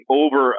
over